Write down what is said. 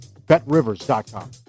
betrivers.com